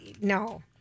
No